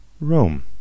Rome